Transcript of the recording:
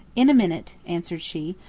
in a minute, answered she,